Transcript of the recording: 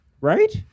Right